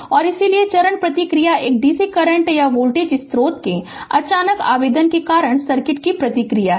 और इसलिए चरण प्रतिक्रिया एक dc करंट या वोल्टेज स्रोत के अचानक आवेदन के कारण सर्किट की प्रतिक्रिया है